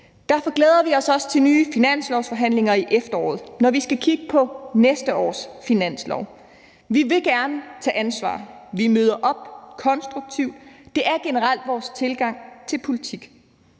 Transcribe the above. Derfor glæder vi os også til nye finanslovsforhandlinger i efteråret, når vi skal kigge på næste års finanslov. Vi vil gerne tage ansvar. Vi møder op konstruktivt. Det er generelt vores tilgang til politik.